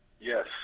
Yes